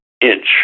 inch